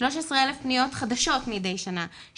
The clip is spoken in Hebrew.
13,000 פניות חדשות מדי שנה,